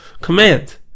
command